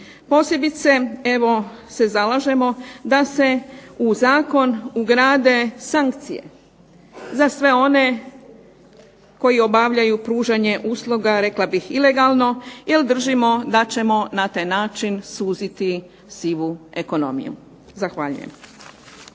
posebice evo se zalažemo da se u zakon ugrade sankcije za sve one koji obavljaju pružanje usluga rekla bih ilegalno jer držimo da ćemo na taj način suziti sivu ekonomiju. Zahvaljujem.